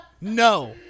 No